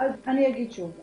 אני אגיד שוב.